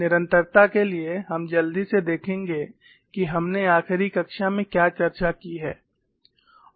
निरंतरता के लिए हम जल्दी से देखेंगे कि हमने आखिरी कक्षा में क्या चर्चा की है